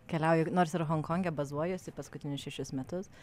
keliauju nors ir honkonge bazuojuosi paskutinius šešis metus